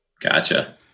Gotcha